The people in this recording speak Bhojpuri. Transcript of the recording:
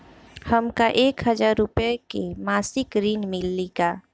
हमका एक हज़ार रूपया के मासिक ऋण मिली का?